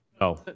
No